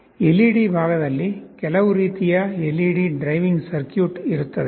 LED ಭಾಗದಲ್ಲಿ ಕೆಲವು ರೀತಿಯ ಎಲ್ಇಡಿ ಡ್ರೈವಿಂಗ್ ಸರ್ಕ್ಯೂಟ್ ಇರುತ್ತದೆ